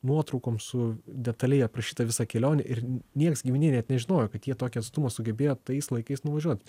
nuotraukom su detaliai aprašyta visa kelione ir nieks giminėj net nežinojo kad jie tokį atstumą sugebėjo tais laikais nuvažiuot